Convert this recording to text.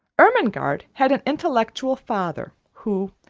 ermengarde had an intellectual father, who,